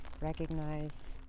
recognize